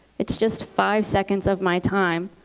it's just five seconds of my time.